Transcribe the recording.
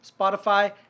Spotify